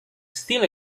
still